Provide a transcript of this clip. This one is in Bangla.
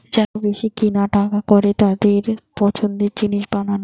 যারা বেশি কিনা কাটা করে তাদের পছন্দের জিনিস বানানো